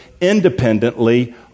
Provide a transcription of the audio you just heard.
independently